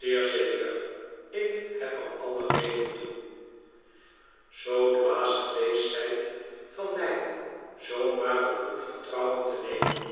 eer zeker ik heb er alle redenen toe zoo dwaas geweest zijt van mij zoo maar op goed vertrouwen te nemen